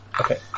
Okay